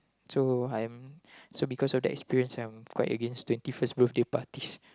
so I'm so because of the experience I'm quite against twenty first birthday parties